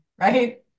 right